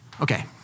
Okay